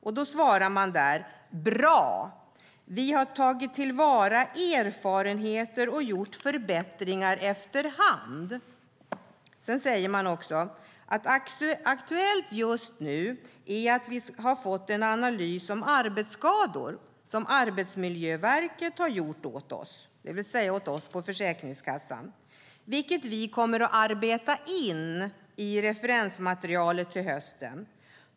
Då är svaret: "Bra, vi har tagit tillvara erfarenheter och gjort förbättringar efter hand." Sedan säger man: "Aktuellt just nu är att vi har fått en analys om arbetsskador som Arbetsmiljöverket har gjort åt oss" - det vill säga "oss" på Försäkringskassan - "vilken vi kommer att arbeta in i referensmaterialet till hösten.